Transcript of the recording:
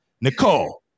Nicole